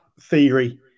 theory